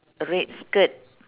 red skirt